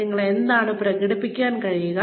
നിങ്ങൾക്ക് എന്താണ് പ്രകടിപ്പിക്കാൻ കഴിയുക